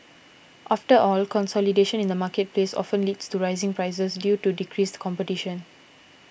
after all consolidation in the marketplace often leads to rising prices due to decreased competition